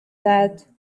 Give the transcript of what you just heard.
that